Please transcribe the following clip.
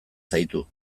zaitu